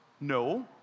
No